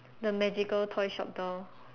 the magical toy shop door